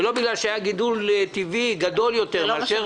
ולא בגלל שהיה גידול טבעי גדול יותר מאשר